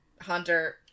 Hunter